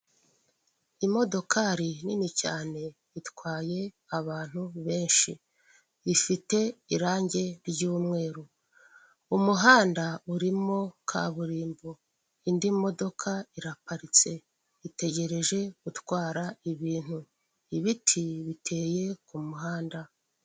Icyapa kiriho amafoto atatu magufi y'abagabo babiri uwitwa KABUGA n 'uwitwa BIZIMANA bashakishwa kubera icyaha cya jenoside yakorewe abatutsi mu Rwanda.